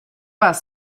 vás